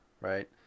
right